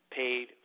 paid